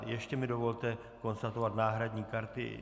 Ještě mi dovolte konstatovat náhradní karty.